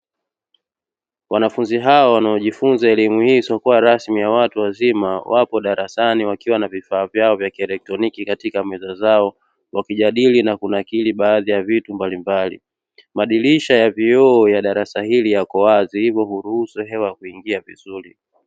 Wanafunzi hayo wanaojifunza elimu hii isiyokuwa rasmi ya watu wazima wapo darasani wakiwa na vifaa vyao vya kielektroniki katika meza zao, wakijadili na kunakili baadhi ya vitu mbalimbali; Madirisha ya vioo ya darasa hili yako wazi hivyo kuruhusu hewa kuingia vizuri.